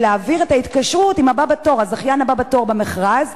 ולהעביר את ההתקשרות עם הזכיין הבא בתור במכרז,